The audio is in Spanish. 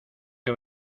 que